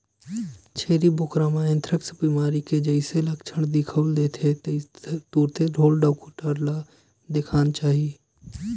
छेरी बोकरा म एंथ्रेक्स बेमारी के जइसे लक्छन दिखउल देथे तुरते ढ़ोर डॉक्टर ल देखाना चाही